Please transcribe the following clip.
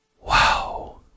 Wow